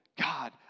God